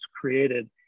created